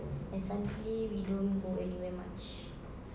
and sunday we don't go anywhere much